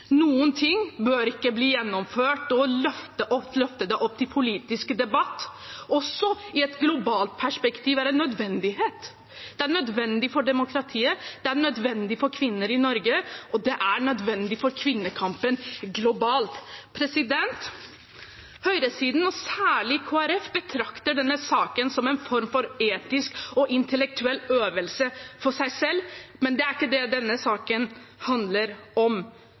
Noen ting bør ikke bli gjennomført. Å løfte det opp til politisk debatt også i et globalt perspektiv er en nødvendighet. Det er nødvendig for demokratiet, for kvinner i Norge og for kvinnekampen globalt. Høyresiden, og særlig Kristelig Folkeparti, betrakter denne saken som en form for etisk og intellektuell øvelse for seg selv, men det er ikke det denne saken handler om.